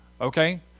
Okay